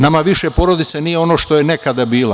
Nama više porodica nije ono što je nekada bila.